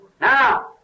Now